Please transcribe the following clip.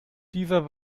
dieser